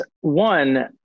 One